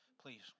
please